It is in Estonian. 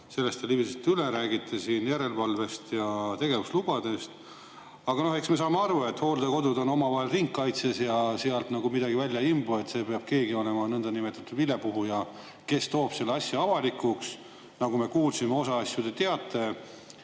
Sellest te libisesite üle, räägite siin järelevalvest ja tegevuslubadest. Aga eks me saame aru, et hooldekodud on omavahel ringkaitses ja sealt midagi välja ei imbu. Peab olema nõndanimetatud vilepuhuja, kes toob selle asja avalikuks. Nagu me kuulsime, osa asju te teate.